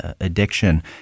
addiction